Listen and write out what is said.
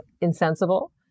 insensible